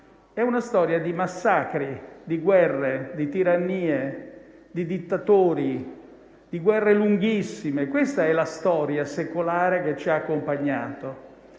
è una storia di massacri di guerre, di tirannie, di dittatori, di guerre lunghissime. Questa è la storia secolare che ci ha accompagnati